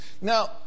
Now